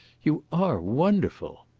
you are wonderful.